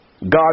God